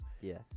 Yes